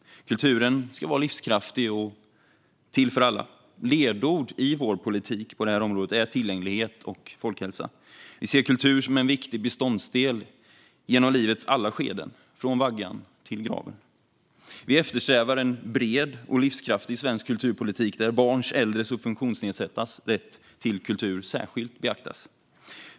Kulturen ska vara livskraftig och till för alla. Ledord i vår politik på detta område är tillgänglighet och folkhälsa. Vi ser kultur som en viktig beståndsdel genom livets alla skeden, från vaggan till graven. Vi eftersträvar en bred och livskraftig svensk kulturpolitik, där barns, äldres och funktionsnedsattas rätt till kultur särskilt beaktas.